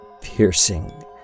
piercing